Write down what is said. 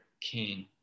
king